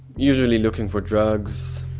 usually looking for drugs.